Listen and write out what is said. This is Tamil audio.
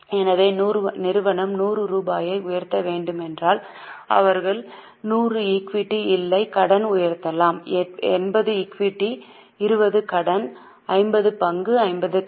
எனவே நிறுவனம் 100 ரூபாயை உயர்த்த வேண்டுமானால் அவர்கள் 100 ஈக்விட்டி இல்லை கடனை உயர்த்தலாம் 80 ஈக்விட்டி 20 கடன் 50 பங்கு 50 கடன்